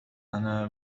أنا